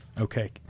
okay